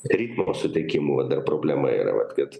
ritmo susitikimų va dar problema yra vat kad